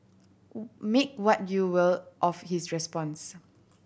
make what you will of his response